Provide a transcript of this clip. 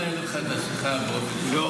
אני מוכן לנהל איתך את השיחה באופן אישי.